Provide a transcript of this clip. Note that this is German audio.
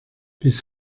bis